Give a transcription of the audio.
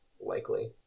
likely